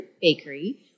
bakery